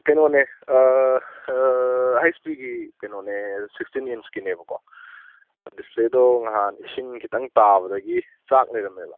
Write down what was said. ꯀꯩꯅꯣꯅꯦ ꯑꯥ ꯑꯥ ꯍꯩꯁ ꯄꯤꯒꯤ ꯀꯩꯅꯣꯅꯦ ꯁꯤꯛꯁꯇꯤꯟ ꯏꯟꯁꯀꯤꯅꯦꯕꯀꯣ ꯗꯤꯁꯄ꯭ꯂꯦꯗꯣ ꯅꯍꯥꯟ ꯏꯁꯤꯡ ꯈꯖꯤꯛꯇꯪ ꯇꯥꯕꯗꯒꯤ ꯆꯥꯛꯑꯒ ꯂꯩꯔꯝꯃꯦꯕ